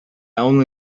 only